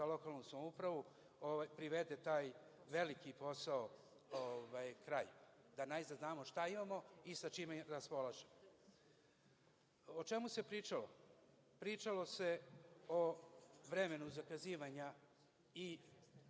za lokalnu samoupravu, i privede taj veliki posao kraju, da najzad znamo šta imamo i sa čime raspolažemo.O čemu se pričalo? Pričalo se o vremenu zakazivanja.